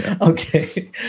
Okay